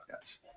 guys